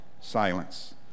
silence